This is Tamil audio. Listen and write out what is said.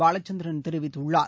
பாலச்சந்திரன் தெரிவித்துள்ளார்